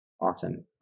Awesome